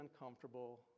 uncomfortable